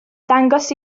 ddangos